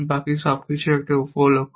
বাকি সবকিছুই একটি উপ লক্ষ্য